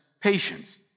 patience